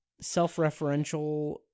self-referential